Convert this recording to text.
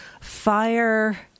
fire